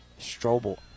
Strobel